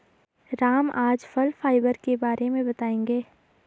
राम आज फल फाइबर के बारे में बताएँगे